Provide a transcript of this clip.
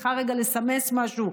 את צריכה רגע לסמס משהו,